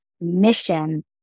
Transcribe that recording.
mission